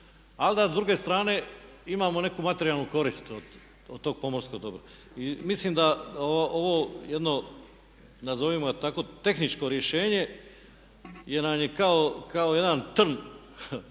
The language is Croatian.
Ali da s druge strane imamo neku materijalnu korist od tog pomorskog dobra. Mislim da ovo jedno nazovimo tako tehničko rješenje nam je kao jedan trn